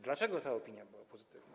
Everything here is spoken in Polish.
Dlaczego ta opinia była pozytywna?